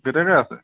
কেতিয়াকৈ আছে